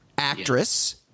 Actress